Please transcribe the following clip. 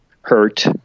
hurt